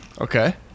Okay